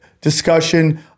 discussion